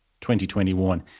2021